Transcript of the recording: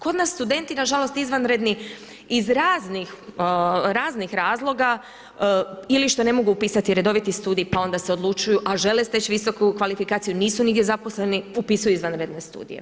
Kod nas studenti na žalost izvanredni iz raznih razloga ili što ne mogu upisati redoviti studij pa onda se odlučuju a žele steći visoku kvalifikaciju nisu nigdje zaposleni upisuju izvanredne studije.